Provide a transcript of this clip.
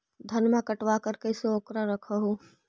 धनमा कटबाकार कैसे उकरा रख हू?